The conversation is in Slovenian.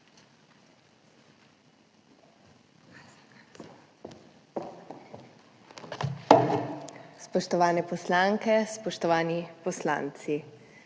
Spoštovane poslanke, spoštovani poslanci!